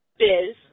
biz